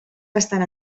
bastant